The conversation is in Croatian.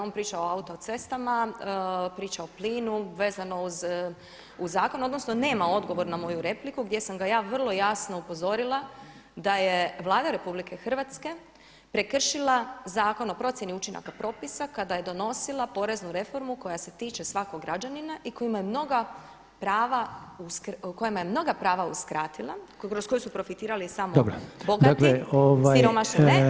On priča o autocestama, priča o plinu vezano uz zakon, odnosno nema odgovor na moju repliku gdje sam ga ja vrlo jasno upozorila da je Vlada RH prekršila Zakon o procjeni učinaka propisa kada je donosila poreznu reformu koja se tiče svakog građanina i kojima je mnoga prava uskratila, kroz koju su profitirali samo bogati, siromašni ne